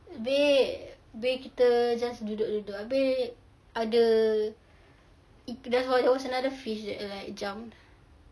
abeh abeh kita just duduk-duduk abeh ada there was another fish that like jumped